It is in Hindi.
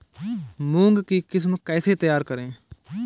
मूंग की किस्म कैसे तैयार करें?